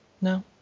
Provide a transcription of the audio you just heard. No